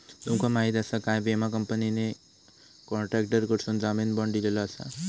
तुमका माहीत आसा काय, विमा कंपनीने कॉन्ट्रॅक्टरकडसून जामीन बाँड दिलेलो आसा